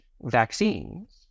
vaccines